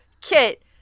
Kit